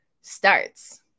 starts